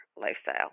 lifestyle